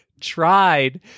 tried